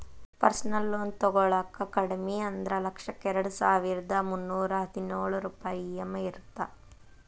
personal loan ತೊಗೊಳಾಕ ಕಡಿಮಿ ಅಂದ್ರು ಲಕ್ಷಕ್ಕ ಎರಡಸಾವಿರ್ದಾ ಮುನ್ನೂರಾ ಹದಿನೊಳ ರೂಪಾಯ್ ಇ.ಎಂ.ಐ ಇರತ್ತ